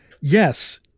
Yes